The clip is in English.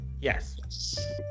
Yes